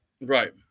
Right